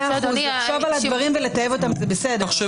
מאה אחוז, לחשוב על הדברים ולטייב אותם זה בסדר.